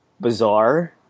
bizarre